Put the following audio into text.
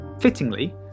Fittingly